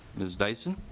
ms. tyson